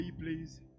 please